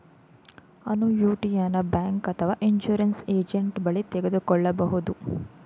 ಅನುಯಿಟಿಯನ bank ಅಥವಾ insurance agent ಬಳಿ ತೆಗೆದುಕೊಳ್ಳಬಹುದು